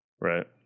Right